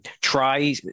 try